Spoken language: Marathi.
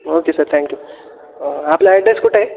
ओके सर थँक यू आपला ॲड्रेस कुठं आहे